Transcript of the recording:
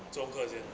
做功课现 ah